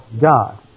God